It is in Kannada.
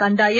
ಕಂದಾಯ